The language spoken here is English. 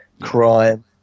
crime